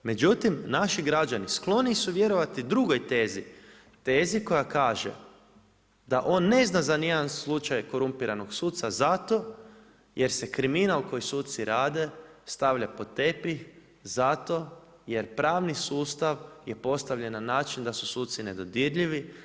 Međutim,, naši građani skloni su vjerovati drugoj tezi, tezi koja kaže, da on ne zna ni za jedan slučaj korumpiranog suca, zato jer se kriminal koji suci rade, stavlja pod tepih, zato jer pravni sustav je postavljen na način da su suci nedodirljivi.